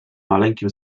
maleńkim